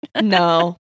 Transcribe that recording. No